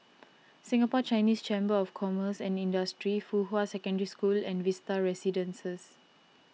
Singapore Chinese Chamber of Commerce and Industry Fuhua Secondary School and Vista Residences